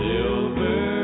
Silver